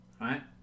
right